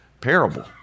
parable